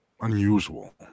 unusual